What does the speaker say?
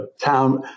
town